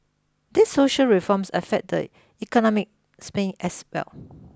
these social reforms affect the economic sphere as well